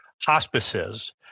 hospices